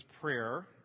prayer